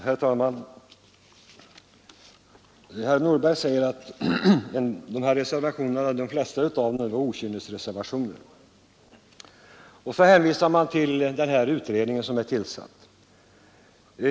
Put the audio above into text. Herr talman! Herr Nordberg säger att de flesta av dessa reservationer är okynnesreservationer, och så hänvisar han till utredningen som är tillsatt.